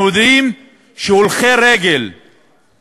אנחנו יודעים שהולכי רגל הם